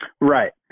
Right